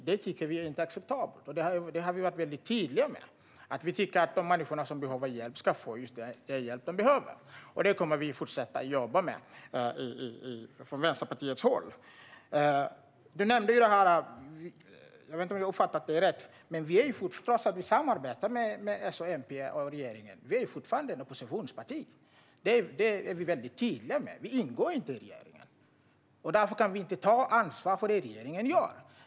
Det tycker vi inte är acceptabelt. Vi har varit mycket tydliga med att vi tycker att de människor som behöver hjälp ska få den hjälp som de behöver. Det kommer vi att fortsätta jobba för från Vänsterpartiet. Trots att vi samarbetar med S, MP och regeringen är vi fortfarande ett oppositionsparti. Det är vi mycket tydliga med. Vi ingår inte i regeringen. Därför kan vi inte ta ansvar för det som regeringen gör.